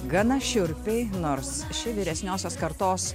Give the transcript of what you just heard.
gana šiurpiai nors ši vyresniosios kartos